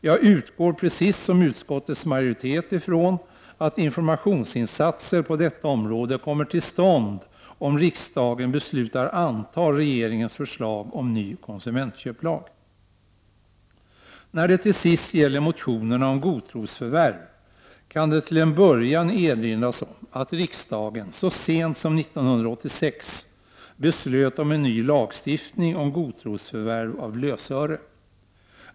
Jag utgår, precis som utskottets majoritet, ifrån att informationsinsatser på detta område kommer till stånd om riksdagen beslutar att anta regeringens förslag om ny konsumentköplag. När det till sist gäller motionerna om godtrosförvärv kan det till en början erinras om att riksdagen så sent som 1986 beslutade om en ny lagstiftning om godtrosförvärv av lösöre.